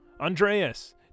Andreas